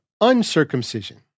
uncircumcision